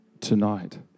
Tonight